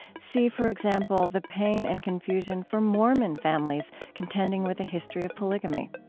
see, for example, the pain and confusion for mormon families contending with a history of polygamy.